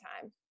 time